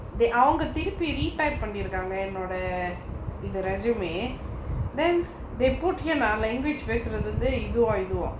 they அவங்க திருப்பி:avanka thiruppi retype பண்ணி இருக்காங்க என்னோட இது:panni irukaanga ennoda ithu resume then they put here நான்:naan language பேசுறது வந்து இதுவா இதுவாpesurathu vanthu ithuvaa ithuvaa